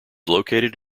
located